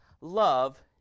love